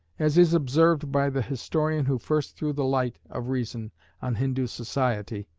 as is observed by the historian who first threw the light of reason on hindoo society,